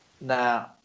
Now